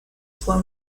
fue